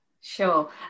Sure